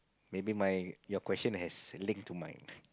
maybe my your question has link to mine